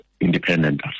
independent